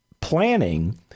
planning